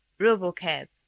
robotcab.